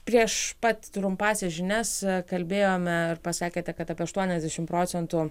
prieš pat trumpąsias žinias kalbėjomeir pasakėte kad apie aštuoniasdešimt procentų